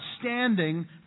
standing